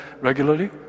regularly